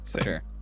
Sure